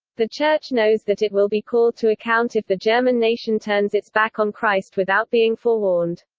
the church knows that it will be called to account if the german nation turns its back on christ without being forewarned.